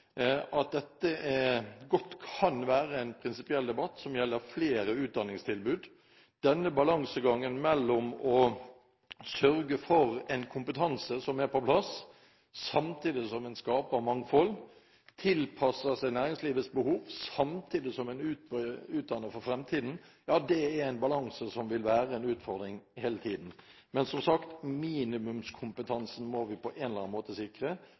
at dette godt kan være en prinsipiell debatt som gjelder flere utdanningstilbud. Denne balansegangen mellom å sørge for at en kompetanse er på plass samtidig som en skaper mangfold, og at en tilpasser seg næringslivets behov samtidig som en utdanner for fremtiden, er en balanse som vil være en utfordring hele tiden. Men, som sagt, minimumskompetansen må vi på en eller annen måte sikre,